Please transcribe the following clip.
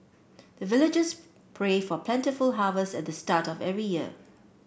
the villagers pray for plentiful harvest at the start of every year